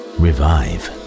revive